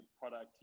product